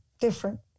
different